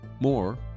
More